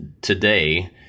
today